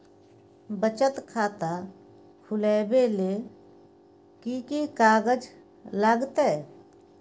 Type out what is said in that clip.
बचत खाता खुलैबै ले कि की कागज लागतै?